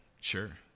sure